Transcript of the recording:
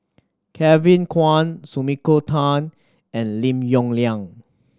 Kevin Kwan Sumiko Tan and Lim Yong Liang